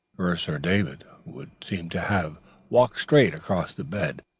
first sir david would seem to have walked straight across the bed,